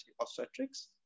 obstetrics